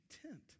content